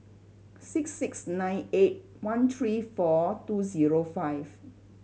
six six nine eight one three four two zero five